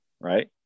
right